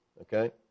Okay